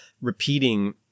repeating